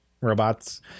Robots